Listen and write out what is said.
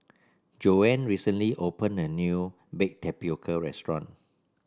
Joanne recently opened a new Baked Tapioca restaurant